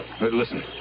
Listen